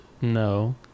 no